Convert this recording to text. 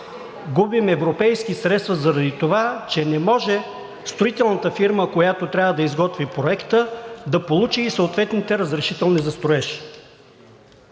губим европейски средства заради това, че не може строителната фирма, която трябва да изготви проекта, да получи и съответните разрешителни за строеж.